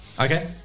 Okay